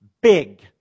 Big